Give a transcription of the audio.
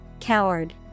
Coward